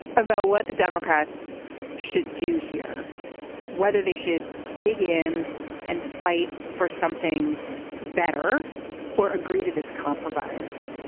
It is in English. about what the democrats should do here whether they should dig in and fight for something better or agree to this compromise.